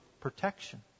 protection